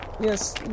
Yes